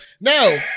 No